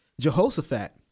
Jehoshaphat